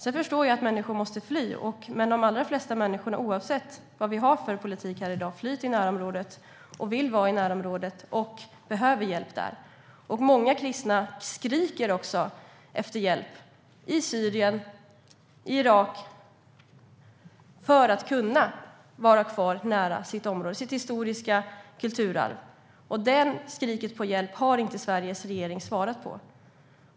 Jag förstår att människor måste fly, men de allra flesta människor, oavsett vad vi har för politik här i dag, flyr till närområdet, vill vara i närområdet och behöver hjälp där. Många kristna skriker också efter hjälp i Syrien och i Irak för att kunna vara kvar nära sitt område och sitt kulturhistoriska arv. Det skriket på hjälp har inte Sveriges regering svarat på.